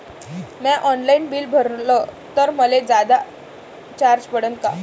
म्या online bill भरलं तर मले जादा चार्ज पडन का?